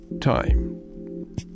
time